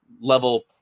level